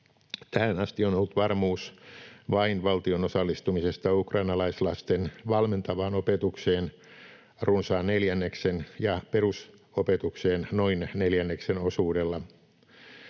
Tähän asti on ollut varmuus vain valtion osallistumisesta ukrainalaislasten valmentavaan opetukseen runsaan neljänneksen ja perusopetukseen noin neljänneksen osuudella.